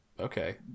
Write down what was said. okay